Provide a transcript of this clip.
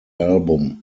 album